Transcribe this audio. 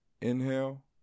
Inhale